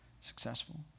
successful